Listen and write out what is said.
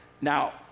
Now